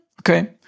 okay